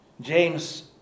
James